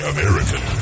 American